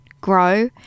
grow